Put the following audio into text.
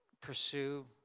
pursue